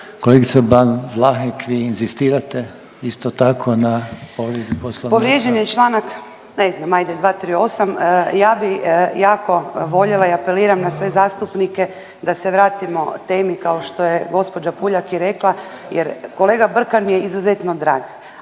Kolegica Ban Vlahek, vi inzistirate isto tako na povredi Poslovnika?